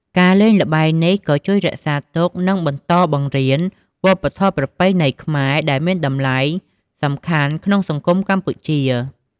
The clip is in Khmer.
ការលេងល្បែងនេះក៏ជួយរក្សាទុក និងបន្តបង្រៀនវប្បធម៌ប្រពៃណីខ្មែរ ដែលមានតម្លៃសំខាន់ក្នុងសង្គមកម្ពុជា។